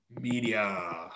media